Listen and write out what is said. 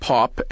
Pop